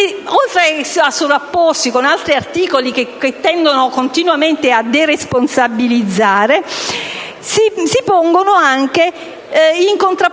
oltre a sovrapporsi con altri articoli che tendono continuamente a deresponsabilizzare, si pone anche in contrapposizione